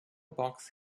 box